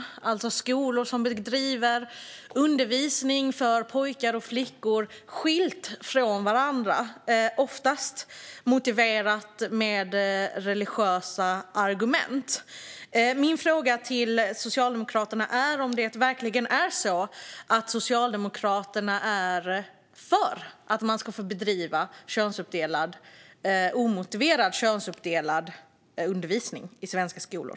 Det är alltså skolor som bedriver undervisning för pojkar och flickor där de är skilda från varandra, oftast motiverat med religiösa argument. Min fråga till Socialdemokraterna är om de verkligen är för att man ska få bedriva omotiverad könsuppdelad undervisning i svenska skolor.